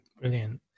brilliant